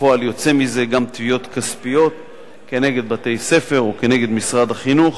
כפועל יוצא מזה גם תביעות כספיות כנגד בתי-ספר או כנגד משרד החינוך.